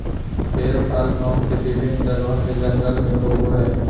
बेर फल गांव के विभिन्न जगह के जंगल में होबो हइ